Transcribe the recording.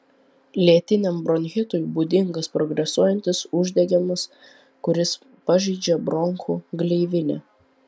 lėtiniam bronchitui būdingas progresuojantis uždegimas kuris pažeidžia bronchų gleivinę